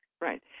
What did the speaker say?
Right